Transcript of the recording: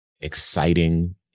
exciting